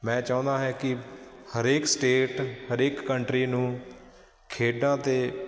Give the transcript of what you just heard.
ਮੈਂ ਚਾਹੁੰਦਾ ਹੈ ਕਿ ਹਰੇਕ ਸਟੇਟ ਹਰੇਕ ਕੰਟਰੀ ਨੂੰ ਖੇਡਾਂ 'ਤੇ